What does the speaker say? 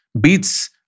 Beats